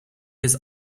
his